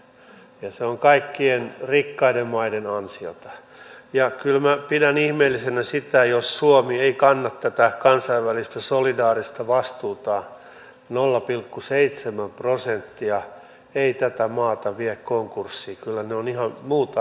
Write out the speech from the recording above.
tämä tarkoittaa paitsi uusiutuvan energian teknologioita ja uusiutuvia energioita yhtä lailla myös sähkön varastointi ja siirtoteknologioiden kehittämistä mutta näiden lisäksi myös tietenkin energiansäästöteknologioiden kehittämistä ja ylipäätänsä energiansäästöön panostamista eli en puhuisi vain tästä energiantuotannosta vaan myös energiansäästöstä ja siitä mitä tällä saralla on mahdollista saavuttaa